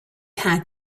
had